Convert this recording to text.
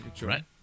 Right